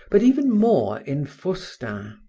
but even more in faustin,